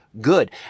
good